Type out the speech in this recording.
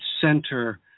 center